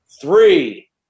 Three